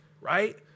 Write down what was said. right